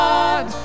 God. (